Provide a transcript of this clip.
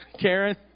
Karen